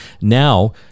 now